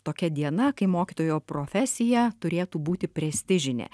tokia diena kai mokytojo profesija turėtų būti prestižinė